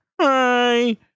hi